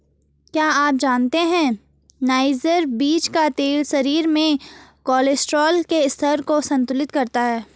क्या आप जानते है नाइजर बीज का तेल शरीर में कोलेस्ट्रॉल के स्तर को संतुलित करता है?